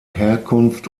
herkunft